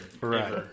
Right